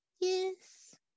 Yes